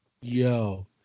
Yo